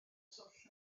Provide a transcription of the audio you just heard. twll